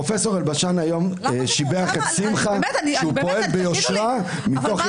פרופ' אלבשן היום שיבח את שמחה שהוא פועל ביושרה מתוך